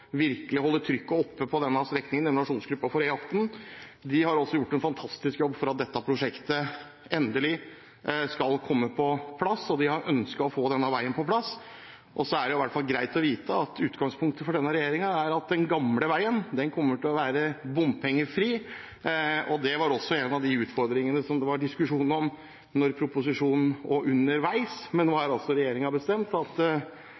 virkelig å holde trykket oppe på denne strekningen: aksjonsgruppen for E18. De har også gjort en fantastisk jobb for at dette prosjektet endelig kommer på plass, og de har ønsket å få denne veien på plass. Og så er det i hvert fall greit å vite at utgangspunktet for denne regjeringen er at den gamle veien kommer til å være bompengefri, og det var også en av de utfordringene som det var diskusjon om da proposisjonen kom og underveis. Men nå har regjeringen bestemt at